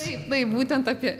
taip taip būtent apie